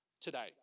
today